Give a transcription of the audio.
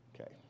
Okay